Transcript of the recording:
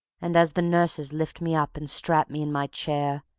and as the nurses lift me up and strap me in my chair,